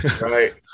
Right